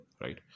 right